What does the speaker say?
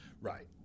right